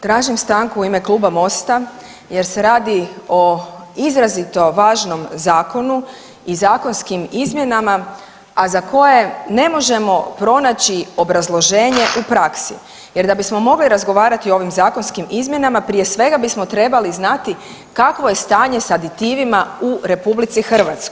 Tražim stanku u ime Kluba Mosta jer se radi o izrazito važnom zakonu i zakonskim izmjenama, a za koje ne možemo pronaći obrazloženje u praksi jer da bismo mogli razgovarati o ovim zakonskim izmjenama prije svega bismo trebali znati kakvo je stanje s aditivima u RH.